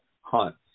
Hunt